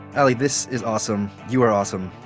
ali, this is awesome you are awesome.